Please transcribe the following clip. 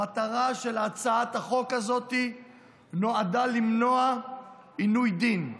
המטרה של הצעת החוק הזאת נועדה למנוע עינוי דין,